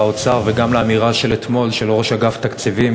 האוצר וגם לאמירה של ראש אגף תקציבים